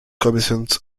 commissioned